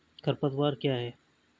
खरपतवार क्या है?